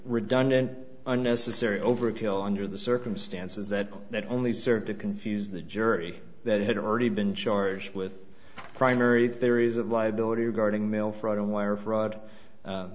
redundant unnecessary overkill under the circumstances that not only serve to confuse the jury that had already been charged with primary theories of liability regarding mail fraud and wire fraud